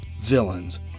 villains